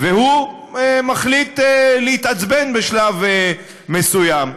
והוא מחליט להתעצבן בשלב מסוים.